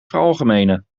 veralgemenen